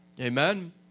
Amen